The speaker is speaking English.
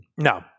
No